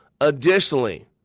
Additionally